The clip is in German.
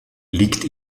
liegt